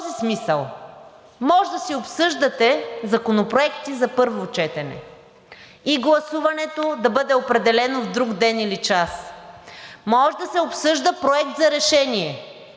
В този смисъл може да си обсъждате законопроекти за първо четене и гласуването да бъде определено в друг ден или час. Може да се обсъжда проект за решение